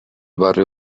barrio